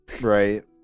right